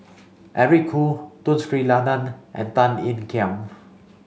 Eric Khoo Tun Sri Lanang and Tan Ean Kiam